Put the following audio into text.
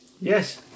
Yes